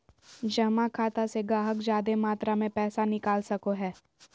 जमा खाता से गाहक जादे मात्रा मे पैसा निकाल सको हय